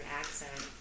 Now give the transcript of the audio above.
accent